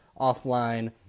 offline